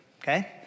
Okay